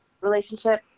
relationship